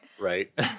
Right